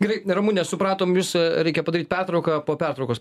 gerai ramune supratom jus reikia padaryt pertrauką po pertraukos